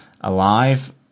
alive